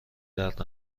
درد